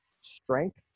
strength